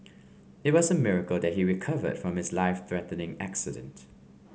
it was a miracle that he recovered from his life threatening accident